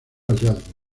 hallazgo